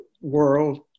world